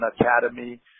academy